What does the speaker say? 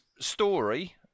story